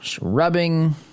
rubbing